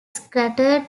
scattered